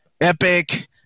epic